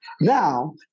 Now